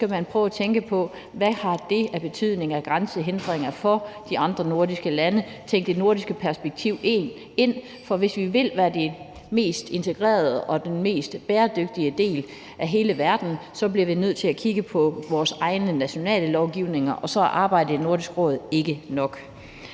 skal prøve at tænke på, hvad det har af betydning i forhold til grænsehindringer for de andre nordiske lande, tænke det nordiske perspektiv ind. For hvis vi vil være den mest integrerede og den mest bæredygtige del af hele verden, bliver vi nødt til at kigge på vores egne nationale lovgivninger, og så er arbejdet i Nordisk Råd ikke nok.